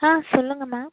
ஆ சொல்லுங்கள் மேம்